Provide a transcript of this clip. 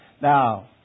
Now